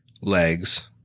legs